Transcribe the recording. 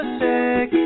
sick